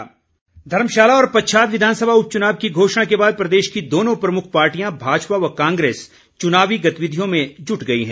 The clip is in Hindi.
भाजपा कांग्रेस धर्मशाला और पच्छाद विधानसभा उपचुनाव की घोषणा के बाद प्रदेश की दोनों प्रमुख पार्टियां भाजपा व कांग्रेस चुनावी गतिविधियों में जुट गई हैं